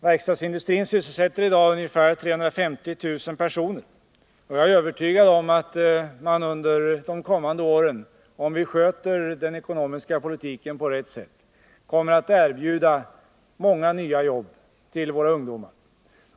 Verkstadsindustrin sysselsätter i dag ungefär 350 000 personer, och jag är övertygad om att man under de kommande åren — om vi sköter den ekonomiska politiken på rätt sätt — kommer att erbjuda många nya industrijobb till våra ungdomar.